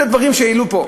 זה דברים שהעלו פה,